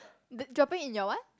the dropping in your what